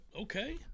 okay